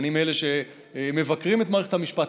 אני מאלה שמבקרים את מערכת המשפט,